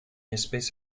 espèce